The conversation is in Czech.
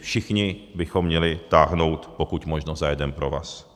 Všichni bychom měli táhnout pokud možno za jeden provaz.